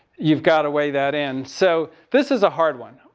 you've gotta weigh that in. so this is a hard one.